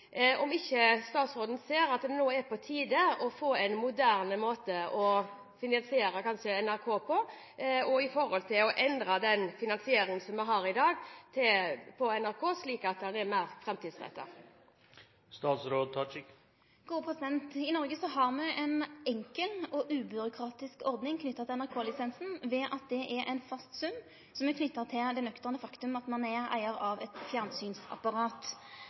ikke statsråden at det nå er på tide å få en moderne måte å finansiere NRK på, og å endre den finanseringen av NRK som vi har i dag, slik at den er mer framtidsrettet? I Noreg har me ei enkel og ubyråkratisk ordning knytt til NRK-lisensen. Det er ein fast sum som er knytt til det nøkterne faktumet at ein er eigar av eit fjernsynsapparat.